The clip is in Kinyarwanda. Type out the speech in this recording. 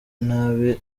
nabi